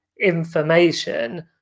information